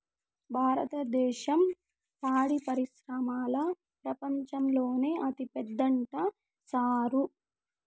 భారద్దేశం పాడి పరిశ్రమల ప్రపంచంలోనే అతిపెద్దదంట సారూ